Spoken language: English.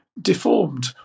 deformed